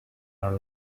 are